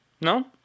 No